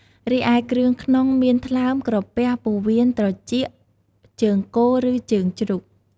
រីឯគ្រឿងក្នុងមាន ថ្លើម ក្រពះ ពោះវៀន ត្រចៀក ជើងគោ ឬជើងជ្រូក។